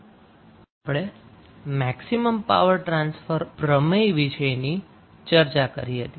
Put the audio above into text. તેમાં આપણે maximum power transfer પ્રમેય વિષેની ચર્ચા કરી હતી